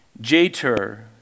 Jeter